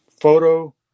photo